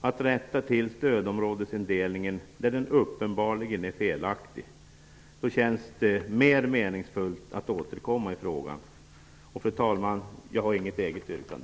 att rätta till stödområdesindelningen där den uppenbarligen är felaktig. Då känns det mer meningsfullt att återkomma i frågan. Fru talman! Jag har inget eget yrkande.